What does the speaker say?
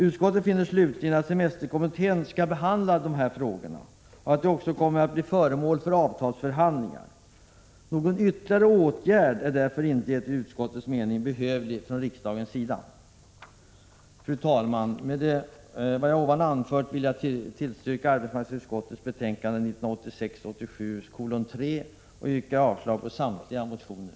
Utskottet finner slutligen att semesterkommittén skall behandla dessa frågor och att de också kommer att bli föremål för avtalsförhandlingar. Någon ytterligare åtgärd är därför enligt utskottets mening inte behövlig från riksdagens sida. Fru talman! Med vad jag anfört yrkar jag bifall till arbetsmarknadsutskottets betänkande 1986/87:3 och yrkar avslag på samtliga motioner.